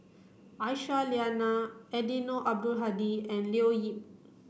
Aisyah Lyana Eddino Abdul Hadi and Leo Yip